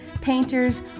painters